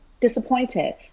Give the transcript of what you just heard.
disappointed